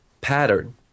pattern